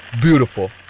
Beautiful